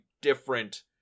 different